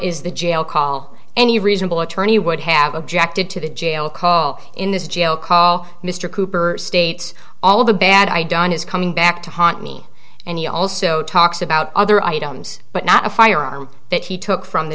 is the jail call any reasonable attorney would have objected to the jail call in this jail call mr cooper states all of the bad i don't is coming back to haunt me and he also talks about other items but not a firearm that he took